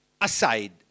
aside